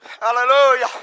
Hallelujah